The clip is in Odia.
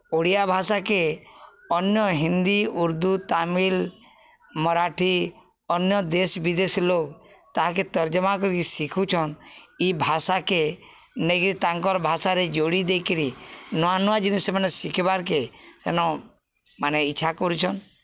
ଓଡ଼ିଆ ଭାଷାକେ ଅନ୍ୟ ହିନ୍ଦୀ ଉର୍ଦ୍ଦୁ ତାମିଲ୍ ମରାଠୀ ଅନ୍ୟ ଦେଶ୍ ବିଦେଶ୍ ର ଲୋକ୍ ତାହାକେ ତର୍ଜମା କରିକି ଶିଖୁଛନ୍ ଇ ଭାଷାକେ ନେଇକିରି ତାଙ୍କର୍ ଭାଷାରେ ଯୋଡ଼ି ଦେଇକିରି ନୂଆ ନୂଆ ଜିନିଷ୍ ସେମାନେ ଶିଖିବାର୍କେ ସେନୁ ମାନେ ଇଚ୍ଛା କରୁଛନ୍